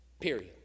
period